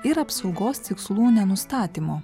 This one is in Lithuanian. ir apsaugos tikslų nenustatymo